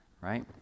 right